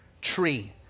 tree